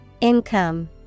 Income